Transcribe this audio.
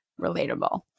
relatable